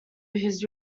his